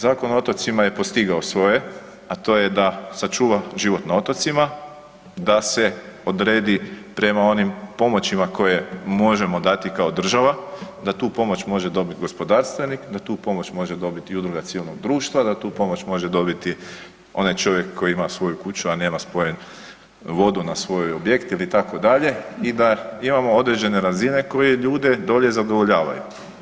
Zakon o otocima je postigao svoje, a to je da sačuva život na otocima, da se odredi prema onim pomoćima koje možemo dati kao država, da tu pomoć može dobit gospodarstvenik, da tu pomoć može dobiti i Udruga civilnog društva, da tu pomoć može dobiti onaj čovjek koji ima svoju kuću, a nema spojenu vodu na svoj objekt itd. i da imamo određene razine koje ljude dolje zadovoljavaju.